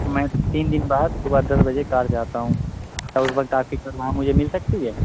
میں تین دن بعد صبح دس بجے کار چاہتا ہوں کیا اس وقت آپ کی کار وہاں مجھے مل سکتی ہے